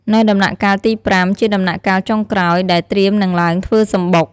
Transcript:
នៅដំណាក់កាលទី៥ ជាដំណាក់កាលចុងក្រោយ ដែលត្រៀមនឹងឡើងធ្វើសំបុក។